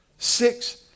Six